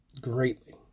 greatly